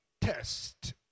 test